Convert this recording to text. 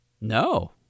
No